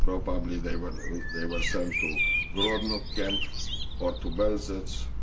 probably they were they were sent to grodno camp or to belsitz.